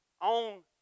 on